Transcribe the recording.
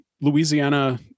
louisiana